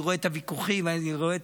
אני רואה את הוויכוחים ואני רואה את